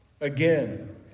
again